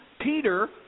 Peter